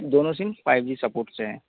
दोनों SIM five G support से हैं